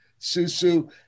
Susu